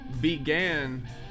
began